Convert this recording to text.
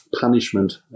punishment